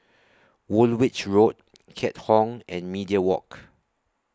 Woolwich Road Keat Hong and Media Walk